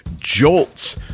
Jolts